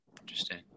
Interesting